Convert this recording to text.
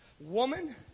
Woman